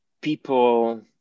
people